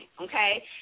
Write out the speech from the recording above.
okay